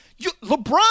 LeBron